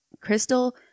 Crystal